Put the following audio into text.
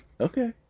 Okay